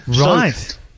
right